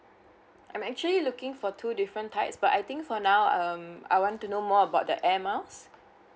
I'm actually looking for two different types but I think for now um I want to know more about the air miles